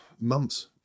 months